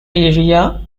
area